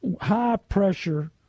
High-pressure